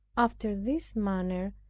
after this manner,